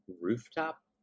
rooftop